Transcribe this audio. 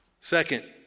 Second